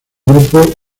grupo